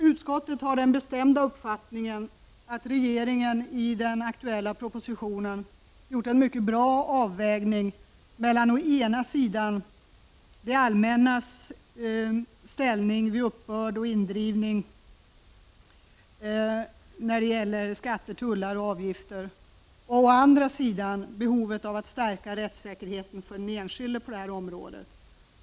Utskottet har den bestämda uppfattningen att regeringen i den aktuella propositionen har gjort en mycket bra avvägning mellan å ena sidan det allmännas ställning vid uppbörd och indrivning när det gäller skatter, tullar och avgifter och å andra sidan behovet av att stärka rättssäkerheten för den enskilde på detta område.